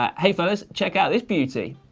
um hey fellas, check out this beauty.